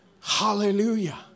Hallelujah